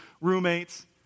roommates